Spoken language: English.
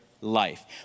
life